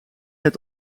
het